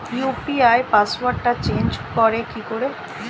UPI পাসওয়ার্ডটা change করে কি করে?